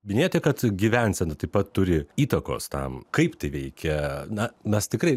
minėjote kad gyvensena taip pat turi įtakos tam kaip tai veikia na mes tikrai